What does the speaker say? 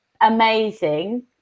amazing